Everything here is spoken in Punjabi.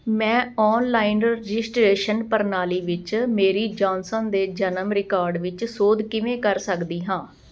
ਮੈਂ ਓਨਲਾਈਨ ਰਜਿਸਟ੍ਰੇਸ਼ਨ ਪ੍ਰਣਾਲੀ ਵਿੱਚ ਮੇਰੀ ਜੋਨਸਨ ਦੇ ਜਨਮ ਰਿਕੋਰਡ ਵਿੱਚ ਸੋਧ ਕਿਵੇਂ ਕਰ ਸਕਦੀ ਹਾਂ